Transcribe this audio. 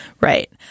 Right